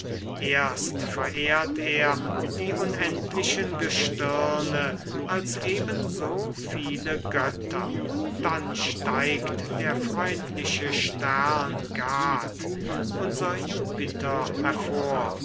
erst verehrt er die unendlichen gestirne als ebenso viele götter dann steigt der freundliche stern gad unser jupiter hervor